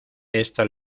esta